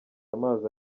amazi